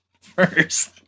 first